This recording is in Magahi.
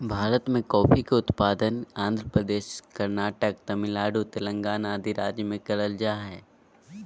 भारत मे कॉफी के उत्पादन आंध्र प्रदेश, कर्नाटक, तमिलनाडु, तेलंगाना आदि राज्य मे करल जा हय